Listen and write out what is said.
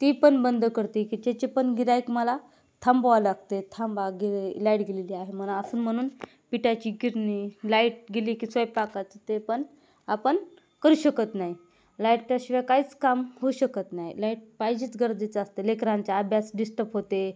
ती पण बंद करते की त्याचे पण गिऱ्हायक मला थांबवावं लागते थांबा गिरे लाईट गिलेली आहे म्हणा असून म्हणून पिठाची गिरणी लाईट गेली की स्वयंपाकाचं ते पण आपण करू शकत नाही लाईटच्याशिवाय काहीच काम होऊ शकत नाही लाईट पाहिजेच गरजेचं असते लेकरांचा अभ्यास डिस्टप होते